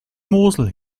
mosel